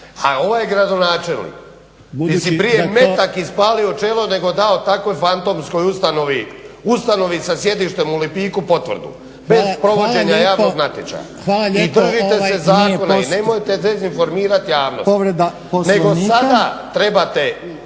A ovaj gradonačelnik bi si prije metak ispalio u čelo nego dao takvoj fantomskoj ustanovi, ustanovi sa sjedištem u Lipiku potvrdu bez provođenja javnog natječaja. I držite se zakona. Nemojte dezinformirati javnost. **Reiner,